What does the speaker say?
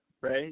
right